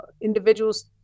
individuals